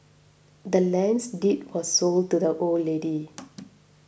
the land's deed was sold to the old lady